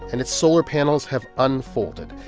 and its solar panels have unfolded.